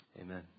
Amen